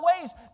ways